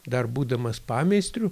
dar būdamas pameistriu